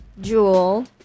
Jewel